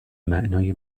معنای